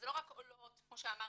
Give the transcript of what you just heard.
וזה לא רק עולות כמו שאמרתי,